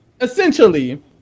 Essentially